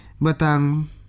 batang